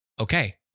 okay